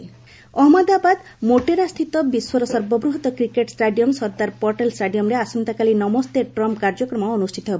Trump visit Ahmedabad ମୋଟେରାସ୍ଥିତ ବିଶ୍ୱର ସର୍ବବୃହତ୍ କ୍ରିକେଟ୍ ଷ୍ଟାଡିୟମ୍ ସର୍ଦ୍ଦାର ପଟେଲ୍ ଷ୍ଟାଡିୟମ୍ରେ ଆସନ୍ତାକାଲି ନମସ୍ତେ ଟ୍ରମ୍ପ୍ କାର୍ଯ୍ୟକ୍ରମ ଅନୁଷ୍ଠିତ ହେବ